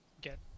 get